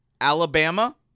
Alabama